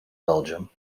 belgium